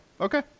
Okay